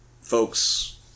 folks